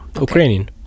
Ukrainian